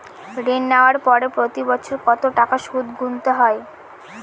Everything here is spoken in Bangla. ঋণ নেওয়ার পরে প্রতি বছর কত টাকা সুদ গুনতে হবে?